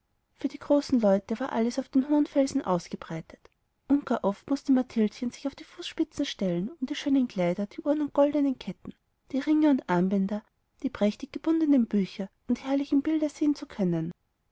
für die großen leute war alles auf den hohen felsen ausgebreitet und gar oft mußte mathildchen sich auf die fußspitzen stellen um die schönen kleider die uhren und goldnen ketten die ringe und armbänder die prächtig gebundnen bücher und herrlichen bilder sehen zu können